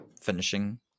finishing